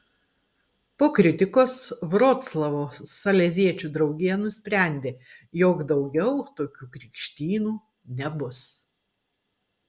po kritikos vroclavo saleziečių draugija nusprendė jog daugiau tokių krikštynų nebus